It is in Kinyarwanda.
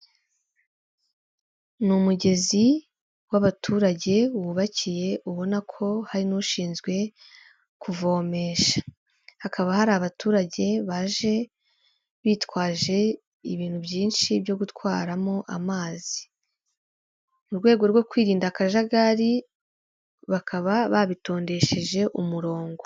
N'umugezi w'abaturage wubakiye ubona ko hari n'ushinzwe kuvomesha, hakaba hari abaturage baje bitwaje ibintu byinshi byo gutwaramo amazi, mu rwego rwo kwirinda akajagari bakaba babitondesheje umurongo.